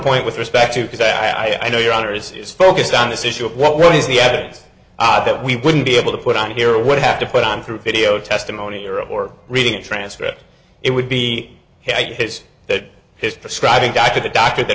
point with respect to because i i know your honour's is focused on this issue of what really is the ads that we wouldn't be able to put on here would have to put on through video testimony or reading a transcript it would be his that his prescribing doctor the doctor th